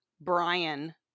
Brian